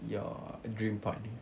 your dream partner